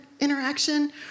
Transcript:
interaction